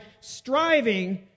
striving